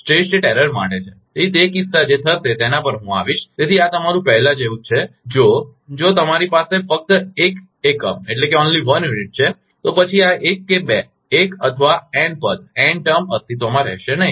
તેથી તે કિસ્સામાં જે થશે તેના પર હું આવીશ તેથી આ તમારું પહેલા જેવું છે જો જો તમારી પાસે ફક્ત એક એકમ છે તો પછી આ એક કે બે એક અથવા એન પદ અસ્તિત્વમાં રહેશે નહીં